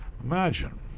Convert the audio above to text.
Imagine